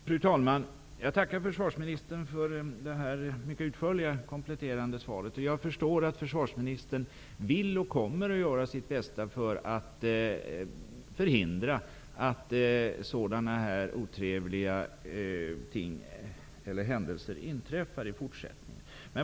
Fru talman! Jag tackar försvarsministern för detta mycket utförliga kompletterande svar. Jag förstår att försvarsministern vill och kommer att göra sitt bästa för att förhindra att sådana här otrevliga händelser inträffar i fortsättningen.